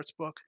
Sportsbook